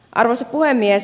arvoisa puhemies